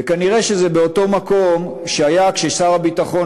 נראה שהוא באותו מקום שהיה כששר הביטחון